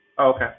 okay